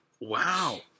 Wow